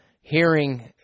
hearing